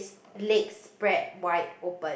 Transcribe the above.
leg spread wide open